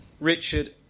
Richard